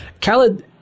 Khaled